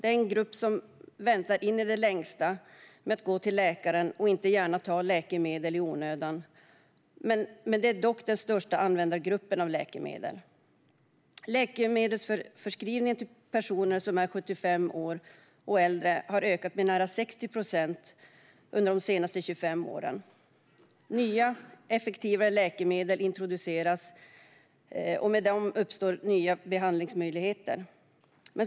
Det är en grupp som väntar in i det längsta med att gå till läkaren och inte gärna tar läkemedel i onödan, men det är ändå den största användargruppen av läkemedel. Läkemedelsförskrivningen till personer som är 75 år och äldre har ökat med nära 60 procent under de senaste 25 åren. Nya, effektivare läkemedel introduceras, och med dem uppstår nya behandlingsmöjligheter.